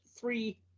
three